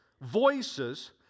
voices